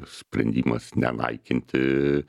sprendimas nenaikinti